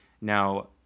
Now